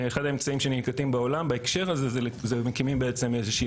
אחד האמצעים שננקטים בעולם בהקשר הזה זה שמקימים בעצם איזושהי